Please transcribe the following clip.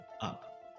up